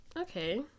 okay